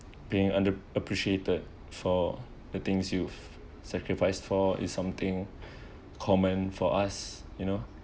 being under appreciated for the things you've sacrificed for is something comment for us you know